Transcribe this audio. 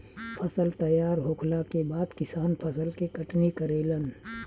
फसल तैयार होखला के बाद किसान फसल के कटनी करेलन